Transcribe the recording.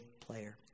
player